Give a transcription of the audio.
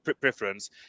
preference